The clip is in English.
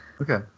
Okay